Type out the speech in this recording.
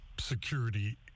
security